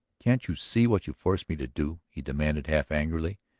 can't you see what you force me to do? he demanded half angrily.